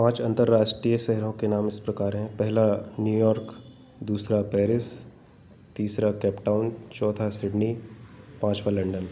पाँच अंतरराष्ट्रीय शहरों के नाम इस प्रकार हैं पहला न्यूयोर्क दूसरा पैरिस तीसरा कपटाउन चौथा सिडनी पाँचवां लंदन